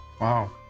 wow